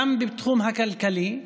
גם בתחום הכלכלי,